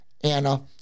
Anna